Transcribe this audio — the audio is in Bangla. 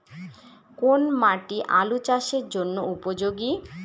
কোন মাটি আলু চাষের জন্যে উপযোগী?